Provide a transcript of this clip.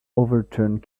overturned